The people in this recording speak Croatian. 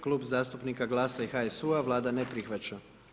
Klub zastupnika GLAS-a i HSU-a, Vlada ne prihvaća.